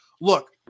Look